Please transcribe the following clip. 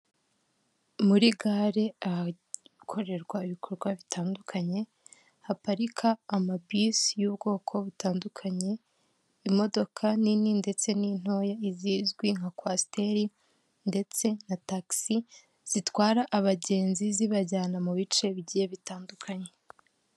Muri gare ahakorerwa ibikorwa bitandukanye haparika amabisi y'ubwoko butandukanye, imodoka nini ndetse n'intoya zizwi nka kwasiteri ndetse na tagisi zitwara abagenzi zibajyana mu bice bigiye bitandukanye.